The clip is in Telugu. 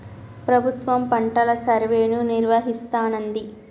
ప్రభుత్వం పంటల సర్వేను నిర్వహిస్తానంది